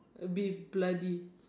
a bit bloody